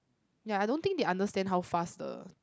ya I don't think they understand how fast the